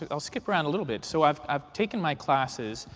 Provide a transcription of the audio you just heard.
ah i'll skip around a little bit. so i've i've taken my classes.